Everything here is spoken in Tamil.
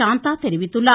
சாந்தா தெரிவித்துள்ளார்